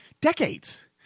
decades